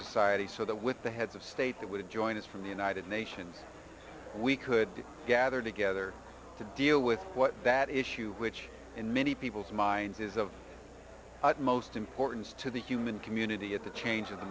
society so that with the heads of state that would join us from the united nations we could gather together to deal with what that issue which in many people's minds is of utmost importance to the human community at the change of the